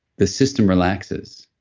the system relaxes.